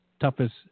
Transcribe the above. toughest